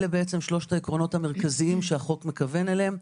אלה בעצם שלושת העקרונות המרכזיים שהחוק מכוון אליהם.